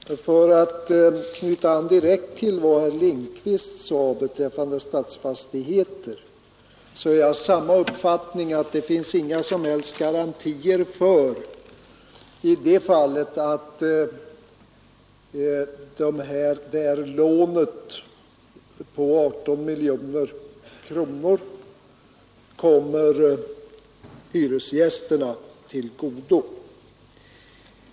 Herr talman! För att knyta an direkt till vad herr Lindkvist sade beträffande AB Stadsfastigheter är jag av samma uppfattning, nämligen att det finns inga som helst garantier i detta fall för att det här lånet på 18 miljoner kronor kommer hyresgästerna till godo.